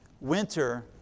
Winter